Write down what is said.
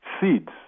seeds